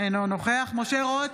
אינו נוכח משה רוט,